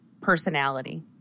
personality